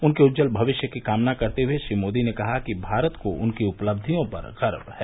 उनके उज्जवल भविष्य की कामना करते हुए श्री मोदी ने कहा कि भारत को उनकी उपलब्धियों पर गर्व है